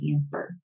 answer